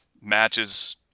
matches